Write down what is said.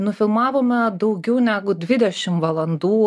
nufilmavome daugiau negu dvidešim valandų